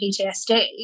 PTSD